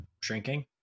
shrinking